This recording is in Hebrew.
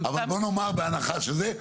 אבל בוא נאמר שבהנחה שזה כך,